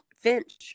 Finch